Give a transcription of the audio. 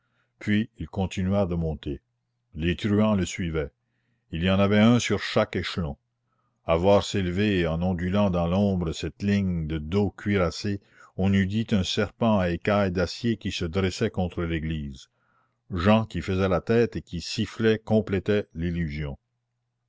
puis il continua de monter les truands le suivaient il y en avait un sur chaque échelon à voir s'élever en ondulant dans l'ombre cette ligne de dos cuirassés on eût dit un serpent à écailles d'acier qui se dressait contre l'église jehan qui faisait la tête et qui sifflait complétait l'illusion